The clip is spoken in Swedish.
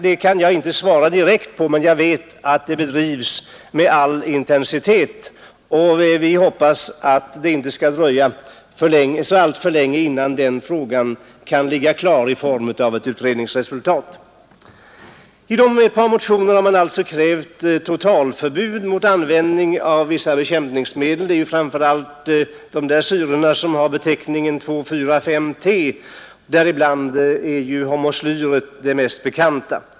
Det kan jag inte svara direkt på, men jag vet att det bedrivs med all intensitet, och vi hoppas att det inte skall dröja alltför länge innan det kan föreligga utredningsresultat. I ett par motioner har man krävt totalförbud mot användning av vissa bekämpningsmedel, framför allt fenoxisyrorna med beteckningen 2,4,5-T — däribland är hormoslyret det mest bekanta.